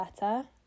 better